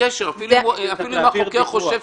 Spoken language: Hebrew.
צריך להעביר דיווח.